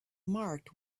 marked